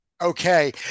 okay